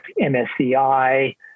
MSCI